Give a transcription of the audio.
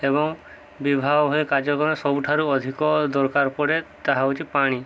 ଏବଂ ବିବାହ ଭଏ କାର୍ଯ୍ୟକ୍ରମ ସବୁଠାରୁ ଅଧିକ ଦରକାର ପଡ଼େ ତାହା ହେଉଛି ପାଣି